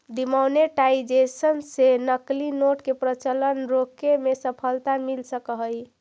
demonetisation से नकली note के प्रचलन रोके में सफलता मिल सकऽ हई